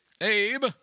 Abe